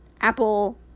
Apple